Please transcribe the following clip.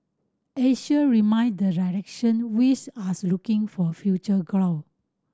Asia remain the direction which as looking for future growth